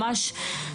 ממש,